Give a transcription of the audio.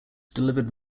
delivered